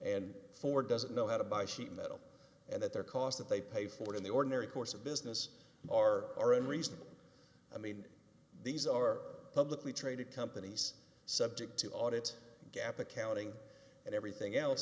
and for doesn't know how to buy sheet metal and that their cost that they pay for in the ordinary course of business are are unreasonable i mean these are publicly traded companies subject to audit gap accounting and everything else